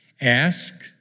Ask